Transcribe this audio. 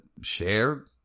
share